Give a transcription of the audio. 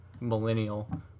millennial